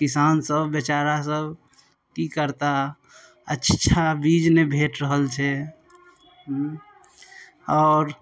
किसानसब बेचारा सब कि करताह अच्छा बीज नहि भेटि रहल छै आओर